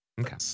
Okay